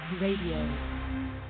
Radio